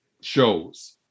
shows